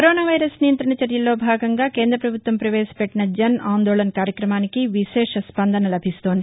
corona virus నియంత్రణ చర్యల్లో భాగంగా కేంద్రపభుత్వం పవేశపెట్టిన జన్ ఆందోళన్ కార్యక్రమానికి విశేష స్పందన లభిస్తోంది